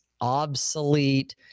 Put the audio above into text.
obsolete